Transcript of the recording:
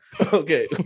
okay